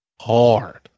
hard